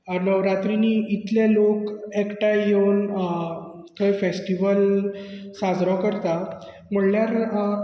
नवरात्रीनीं इतले लोक एकठांय येवन हे फॅस्टीवल साजरो करतात म्हणल्यार